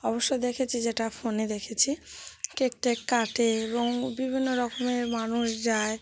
অবশ্যই দেখেছি যেটা ফোনে দেখেছি কেক টেক কাটে এবং বিভিন্ন রকমের মানুষ যায়